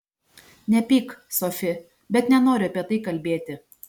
nepyk sofi bet nenoriu apie tai kalbėti